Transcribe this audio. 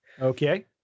Okay